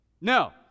no